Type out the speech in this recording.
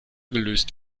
gelöst